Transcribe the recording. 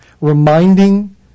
reminding